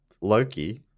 Loki